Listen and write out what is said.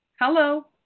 Hello